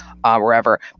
wherever